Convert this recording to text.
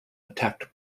attacked